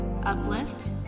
Uplift